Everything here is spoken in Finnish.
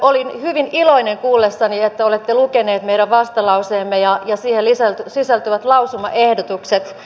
olin hyvin iloinen kuullessani että olette lukeneet meidän vastalauseemme ja siihen sisältyvät lausumaehdotukset